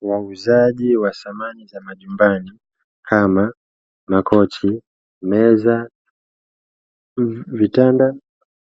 Wauzaji wa samani za majumbani kama makochi, meza, vitanda